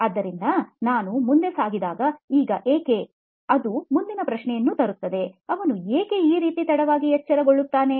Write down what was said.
ಆದ್ದರಿಂದ ನಾವು ಮುಂದೆ ಸಾಗಿದಾಗ ಈಗ ಏಕೆ ಅದು ಮುಂದಿನ ಪ್ರಶ್ನೆಯನ್ನು ತರುತ್ತದೆ ಅವನು ಏಕೆ ಈ ರೀತಿ ತಡವಾಗಿ ಎಚ್ಚರಗೊಳ್ಳುತ್ತಾನೆ